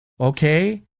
okay